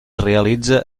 realitza